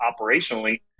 operationally